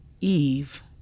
Eve